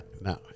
No